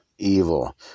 Evil